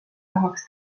tahaks